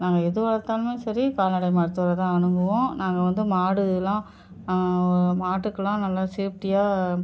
நாங்கள் எது வளர்த்தாலுமே சரி கால்நடை மருத்துவரை தான் அணுகுவோம் நாங்கள் வந்து மாடுலாம் மாட்டுக்கெல்லாம் நல்ல சேஃப்ட்டியாக